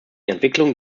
entwicklung